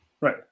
right